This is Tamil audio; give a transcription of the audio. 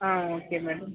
ah okay madam